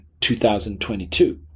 2022